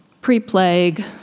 pre-plague